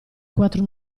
quattro